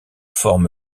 forme